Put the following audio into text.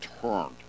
turned